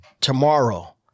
tomorrow